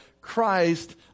Christ